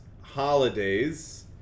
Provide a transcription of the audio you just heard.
holidays